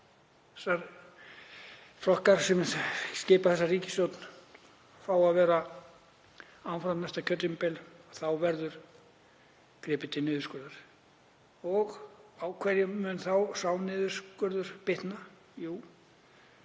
þeir flokkar sem skipa þessa ríkisstjórn fá að vera áfram næsta kjörtímabil þá verður gripið til niðurskurðar. Og á hverjum mun sá niðurskurður bitna? Jú,